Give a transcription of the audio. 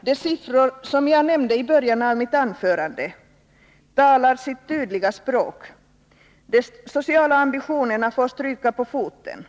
De siffror som jag nämnde i början av mitt anförande talar sitt tydliga språk. De sociala ambitionerna får stryka på foten.